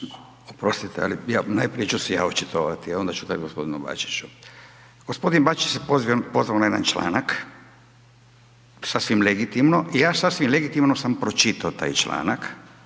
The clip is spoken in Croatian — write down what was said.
Oprostite ali najprije ću se ja očitovati a onda ću dati gospodinu Bačiću. Gospodin Bačić se pozvao na jedan članak, sasvim legitimno i ja sasvim legitimno sam pročitao taj članak.